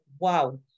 wow